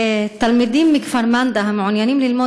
תלמידים מכפר מנדא המעוניינים ללמוד